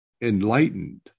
Enlightened